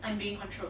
I'm being controlled